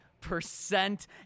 percent